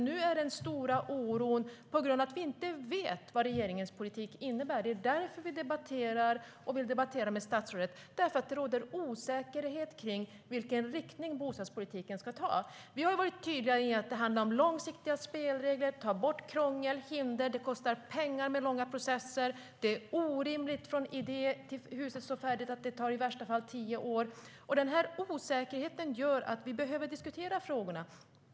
Nu är den stora oron att vi inte vet vad regeringens politik innebär. Det är därför vi debatterar med statsrådet; det råder osäkerhet om vilken riktning bostadspolitiken ska ta. STYLEREF Kantrubrik \* MERGEFORMAT Svar på interpellationerOsäkerheten gör att vi behöver diskutera frågorna.